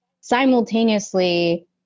Simultaneously